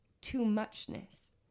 too-muchness